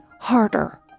harder